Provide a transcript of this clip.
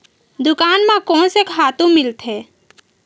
दुकान म कोन से खातु मिलथे?